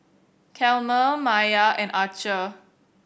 Chalmer Mya and Archer